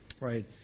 right